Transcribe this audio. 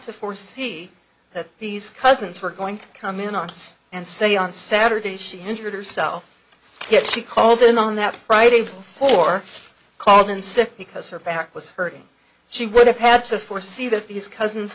to foresee that these cousins were going to come in august and say on saturday she injured herself yet she called in on that friday or called in sick because her back was hurting she would have had to foresee that these cousins